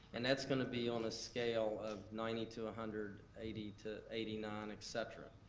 and that's gonna be on a scale of ninety to hundred, eighty to eighty nine, et cetera.